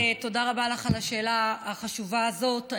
מיכל, תודה רבה לך על השאלה החשובה הזאת.